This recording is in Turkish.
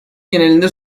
genelinde